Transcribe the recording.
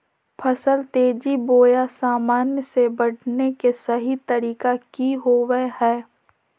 फसल तेजी बोया सामान्य से बढने के सहि तरीका कि होवय हैय?